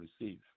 receive